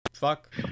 Fuck